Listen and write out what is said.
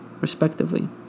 respectively